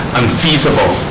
unfeasible